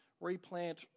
replant